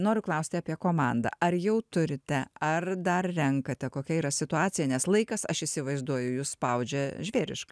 noriu klausti apie komandą ar jau turite ar dar renkate kokia yra situacija nes laikas aš įsivaizduoju jus spaudžia žvėriškai